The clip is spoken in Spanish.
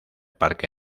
parque